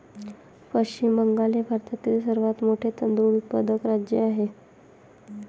पश्चिम बंगाल हे भारतातील सर्वात मोठे तांदूळ उत्पादक राज्य आहे